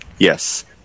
Yes